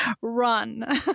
run